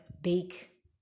bake